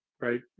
right